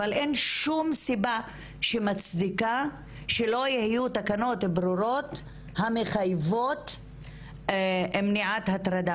אבל אין שום סיבה שמצדיקה שלא יהיו תקנות ברורות המחייבות מניעת הטרדה